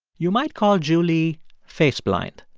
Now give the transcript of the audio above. you might call julie face blind.